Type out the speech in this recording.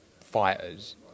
fighters